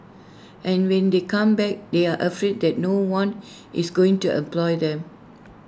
and when they come back they are afraid that no one is going to employ them